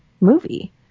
movie